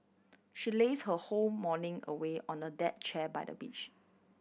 she laze her whole morning away on a deck chair by the beach